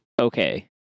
okay